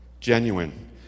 Genuine